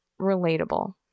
relatable